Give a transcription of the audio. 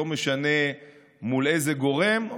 לא משנה מול איזה גורם,